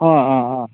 অঁ অঁ অঁ